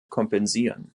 kompensieren